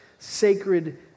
sacred